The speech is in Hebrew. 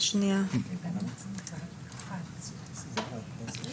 המרכז למדיניות הגירה.